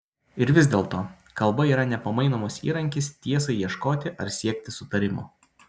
ir vis dėlto kalba yra nepamainomas įrankis tiesai ieškoti ar siekti sutarimo